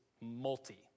multi